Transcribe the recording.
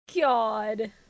God